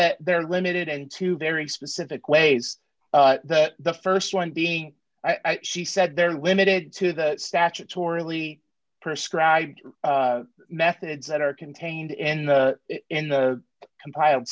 that they're limited and two very specific ways that the st one being she said they're limited to the statutorily prescribed methods that are contained in the in the compiled